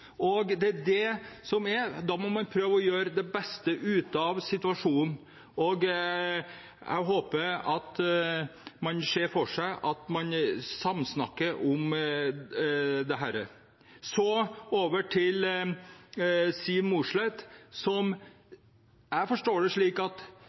Da må man prøve å gjøre det beste ut av situasjonen, og jeg håper at man ser for seg at man samsnakker om dette. Så over til Siv Mossleth: Jeg forstår det slik at